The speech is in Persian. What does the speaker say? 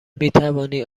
میتوانی